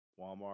Walmart